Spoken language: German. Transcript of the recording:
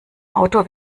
auto